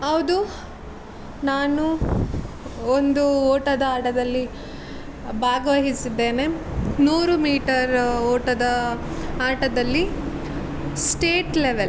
ಹೌದು ನಾನು ಒಂದು ಓಟದ ಆಟದಲ್ಲಿ ಭಾಗವಹಿಸಿದ್ದೇನೆ ನೂರು ಮೀಟರ್ ಓಟದ ಆಟದಲ್ಲಿ ಸ್ಟೇಟ್ ಲೆವೆಲ್